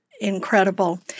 incredible